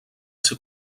ser